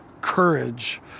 courage